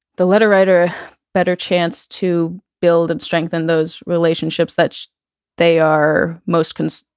the letter writer better chance to build and strengthen those relationships that they are most concerned,